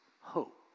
hope